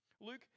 Luke